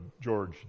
George